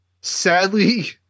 sadly